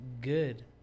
good